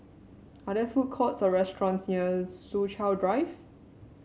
are there food courts or restaurants near Soo Chow Drive